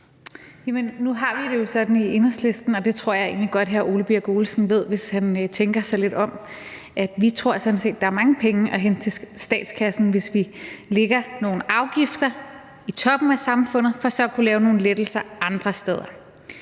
Nu har vi det jo sådan i Enhedslisten, og det tror jeg egentlig godt hr. Ole Birk Olesen ved, hvis han tænker sig lidt om, at vi sådan set tror, at der er mange penge at hente til statskassen, hvis vi lægger nogle afgifter i toppen af samfundet for så at kunne lave nogle lettelser andre steder.